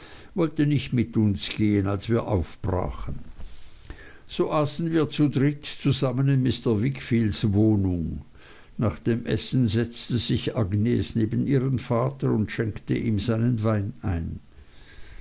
wollte nicht mit uns gehen als wir aufbrachen so aßen wir zu dritt zusammen in mr wickfields wohnung nach dem essen setzte sich agnes neben ihren vater und schenkte ihm seinen wein ein